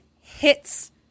hits